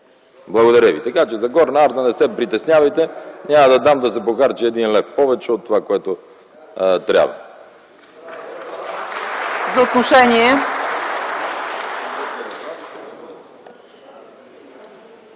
Само че не е така. За „Горна Арда” не се притеснявайте – няма да дам да се похарчи един лев повече от това, което трябва.